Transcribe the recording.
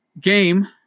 game